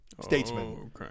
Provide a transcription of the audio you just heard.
statesman